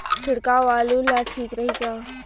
छिड़काव आलू ला ठीक रही का?